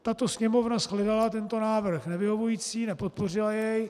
Tato Sněmovna shledala tento návrh nevyhovující, nepodpořila jej.